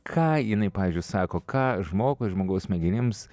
ką jinai pavyzdžiui sako ką žmogui žmogaus smegenims